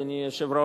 אדוני היושב-ראש,